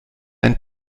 ein